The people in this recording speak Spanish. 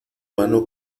mano